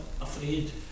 afraid